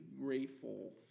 grateful